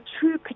true